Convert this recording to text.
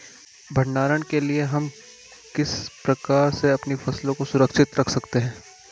भंडारण के लिए हम किस प्रकार से अपनी फसलों को सुरक्षित रख सकते हैं?